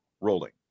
rolling